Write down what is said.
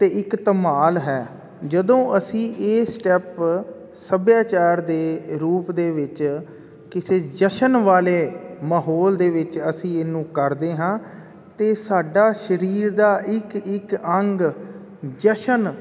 ਅਤੇ ਇੱਕ ਧਮਾਲ ਹੈ ਜਦੋਂ ਅਸੀਂ ਇਹ ਸਟੈਪ ਸੱਭਿਆਚਾਰ ਦੇ ਰੂਪ ਦੇ ਵਿੱਚ ਕਿਸੇ ਜਸ਼ਨ ਵਾਲੇ ਮਾਹੌਲ ਦੇ ਵਿੱਚ ਅਸੀਂ ਇਹਨੂੰ ਕਰਦੇ ਹਾਂ ਅਤੇ ਸਾਡੇ ਸਰੀਰ ਦਾ ਇੱਕ ਇੱਕ ਅੰਗ ਜਸ਼ਨ